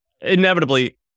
inevitably